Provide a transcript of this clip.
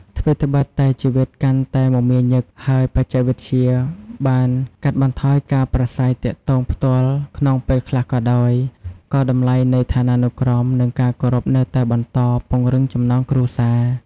ថ្វីត្បិតតែជីវិតកាន់តែមមាញឹក ហើយបច្ចេកវិទ្យាបានកាត់បន្ថយការប្រាស្រ័យទាក់ទងផ្ទាល់ក្នុងពេលខ្លះក៏ដោយ ក៏តម្លៃនៃឋានានុក្រម និងការគោរពនៅតែបន្ត ពង្រឹងចំណងគ្រួសារ។